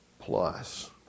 plus